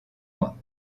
mois